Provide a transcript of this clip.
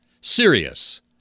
serious